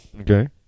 Okay